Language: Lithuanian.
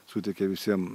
suteikia visiem